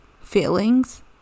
feelings